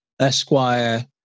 Esquire